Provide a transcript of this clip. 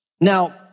Now